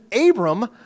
Abram